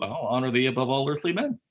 ah i'll honor thee above all earthly men.